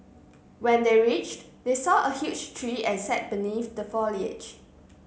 when they reached they saw a huge tree and sat beneath the foliage